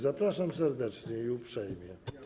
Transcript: Zapraszam serdecznie i uprzejmie.